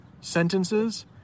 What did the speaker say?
sentences